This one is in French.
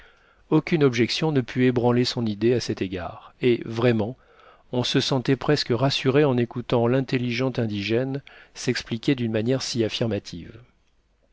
aucune objection ne put ébranler son idée à cet égard et vraiment on se sentait presque rassuré en écoutant l'intelligente indigène s'expliquer d'une manière si affirmative